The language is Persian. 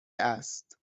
است